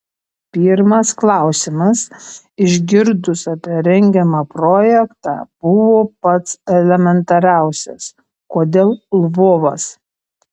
pirmas klausimas išgirdus apie rengiamą projektą buvo pats elementariausias kodėl lvovas